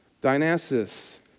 Dionysus